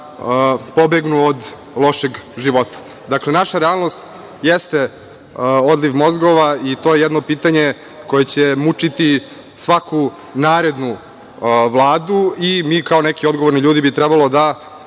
pobegnu od lošeg života. Znači, naša realnost jeste odliv mozgova i to je jedno pitanje koje će mučiti svaku narednu Vladu i mi kao neki odgovorni ljudi bi trebalo da